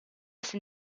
sin